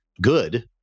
good